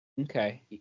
Okay